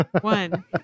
One